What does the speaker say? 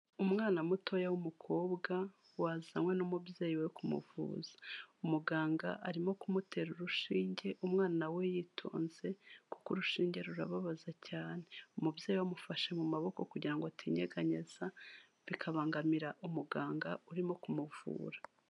Umwana mutoya w'umukobwa wazanywe n'umubyeyi we kumuvuza, umuganga arimo kumutera urushinge umwana we yitonze kuko urushinge rurababaza cyane, umubyeyi we amufashe mu maboko kugira ngo atinyeganyeza bikabangamira umuganga urimo kumuvura.